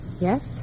Yes